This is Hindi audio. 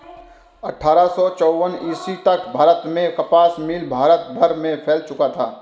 अट्ठारह सौ चौवन ईस्वी तक भारत में कपास मिल भारत भर में फैल चुका था